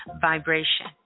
vibration